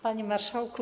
Panie Marszałku!